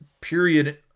period